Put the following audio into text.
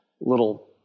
little